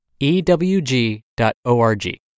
ewg.org